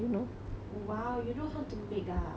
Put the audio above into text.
!wow! you know how to make ah